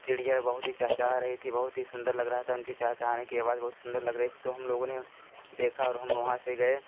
चिड़ियाँ बहुत ही चहचहा रही थी बहुत ही सुन्दर लग रहा था उनके चहचहाने की आवाज़ बहुत सुन्दर लग रही थी तो हम लोगों ने देखा और हम वहाँ से गए